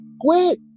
Quit